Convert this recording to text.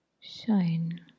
shine